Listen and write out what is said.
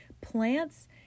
plants